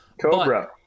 Cobra